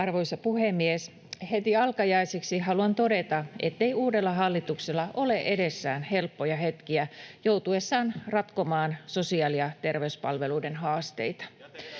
Arvoisa puhemies! Heti alkajaisiksi haluan todeta, ettei uudella hallituksella ole edessään helppoja hetkiä joutuessaan ratkomaan sosiaali- ja terveyspalveluiden haasteita.